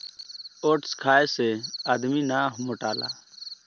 oats खाए से आदमी ना मोटाला